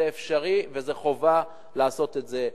זה אפשרי, וחובה לעשות את זה.